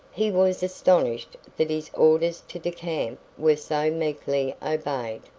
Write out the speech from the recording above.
he was astonished that his orders to decamp were so meekly obeyed,